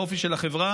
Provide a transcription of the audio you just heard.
באופי של החברה,